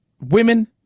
women